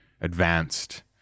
advanced